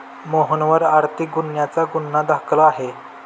मोहनवर आर्थिक गुन्ह्याचा गुन्हा दाखल आहे